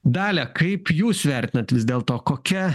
dalia kaip jūs vertinat vis dėl to kokia